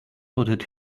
ordered